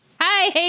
Hi